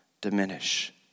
diminish